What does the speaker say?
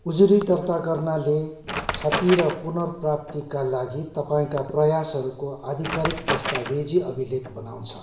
उजुरी दर्ता गर्नाले क्षति र पुनरप्राप्तिका लागि तपाईँँका प्रयासहरूको आधिकारिक दस्तावेजी अभिलेख बनाउँछ